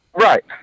right